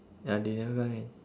ya they never come in